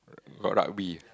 got rugby